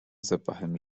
zapachem